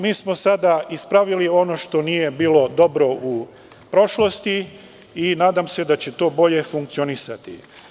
Mi smo sada ispravili ono što nije bilo dobro u prošlosti i nadam se da će to bolje funkcionisati.